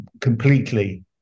completely